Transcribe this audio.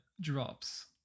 drops